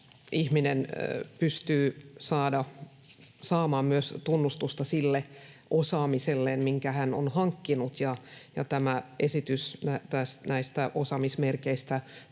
ihminen pystyy saamaan myös tunnustusta sille osaamiselleen, minkä hän on hankkinut, ja tämä esitys näistä osaamismerkeistä